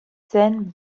zen